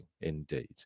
indeed